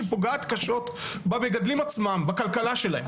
מה שפוגע קשות במגדלים עצמם ובכלכלה שלהם.